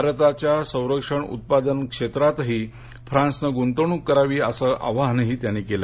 भारताच्या संरक्षण उत्पादन क्षेत्रातही फ्रांसने गुंतवणूक करावी असं आवाहनही त्यांनी केले